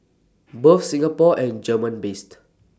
both Singapore and German based